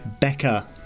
Becker